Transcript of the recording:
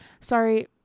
Sorry